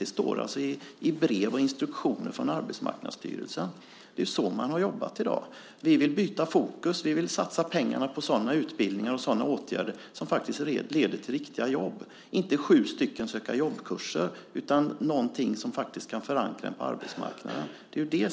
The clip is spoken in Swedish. Det finns alltså brev och instruktioner om det från Arbetsmarknadsstyrelsen. Det är så man har jobbat. Vi vill byta fokus och i stället satsa pengarna på sådana utbildningar och åtgärder som leder till riktiga jobb, inte på sju söka-jobb-kurser utan på något som kan förankra en på arbetsmarknaden. Det är syftet.